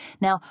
Now